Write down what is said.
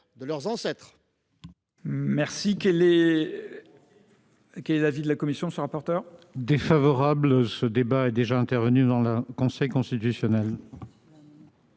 de leurs ancêtres.